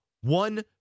One